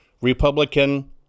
Republican